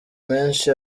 menshi